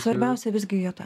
svarbiausia visgi vieta